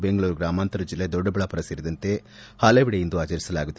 ಬೆಂಗಳೂರು ಗ್ರಾಮಾಂತರ ಜಿಲ್ಲೆ ದೊಡ್ಡಬಳ್ಳಾಪುರ ಸೇರಿದಂತೆ ಹಲವೆಡೆ ಇಂದು ಆಚರಿಸಲಾಗುತ್ತಿದೆ